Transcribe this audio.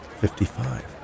Fifty-five